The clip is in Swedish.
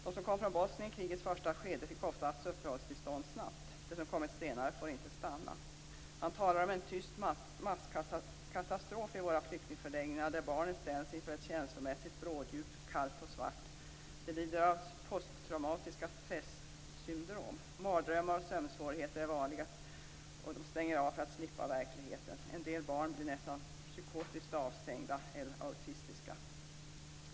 De som kom från Bosnien i krigets första skede fick oftast uppehållstillstånd snabbt. De som kommit senare får inte stanna. Han talar om en tyst masskatastrof i våra flyktingförläggningar, där barnen ställs inför ett känslomässigt bråddjup - kallt och svart. De lider av posttraumatiska stressyndrom. Mardrömmar och sömnsvårigheter är vanliga, och de stänger av för att slippa verkligheten. En del barn blir nästan psykotiskt avstängda eller autistiska.